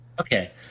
Okay